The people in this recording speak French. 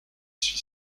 suis